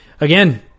again